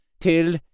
till